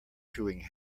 chewing